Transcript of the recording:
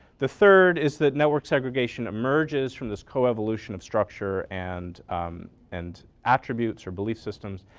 the third is that network segregation emerges from this co-evolution of structure and and attributes or belief systems.